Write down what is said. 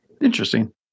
Interesting